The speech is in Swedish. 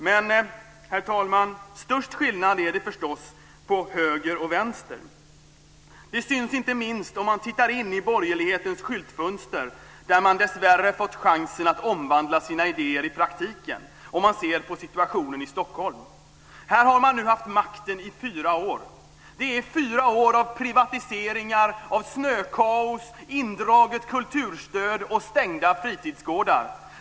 Men, herr talman, störst skillnad är det förstås på höger och vänster. Det syns inte minst om man tittar in i borgerlighetens skyltfönster, där man dessvärre fått chansen att omvandla sina idéer i praktiken, dvs. om man ser på situationen i Stockholm. Här har man nu haft makten i fyra år. Det är fyra år av privatiseringar, snökaos, indraget kulturstöd och stängda fritidsgårdar.